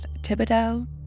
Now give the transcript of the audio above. Thibodeau